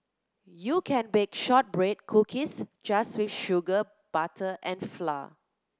you can bake shortbread cookies just with sugar butter and flour